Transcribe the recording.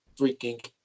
freaking